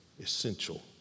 essential